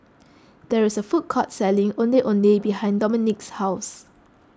there is a food court selling Ondeh Ondeh behind Dominik's house